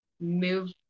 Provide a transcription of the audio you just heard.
move